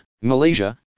malaysia